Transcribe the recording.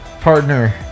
partner